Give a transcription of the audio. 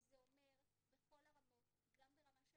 שזה אומר בכל הרמות, גם ברמה של